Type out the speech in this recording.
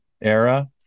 era